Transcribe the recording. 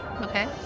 Okay